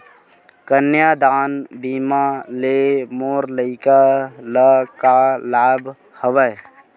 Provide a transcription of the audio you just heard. कन्यादान बीमा ले मोर लइका ल का लाभ हवय?